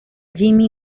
jimmy